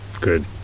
Good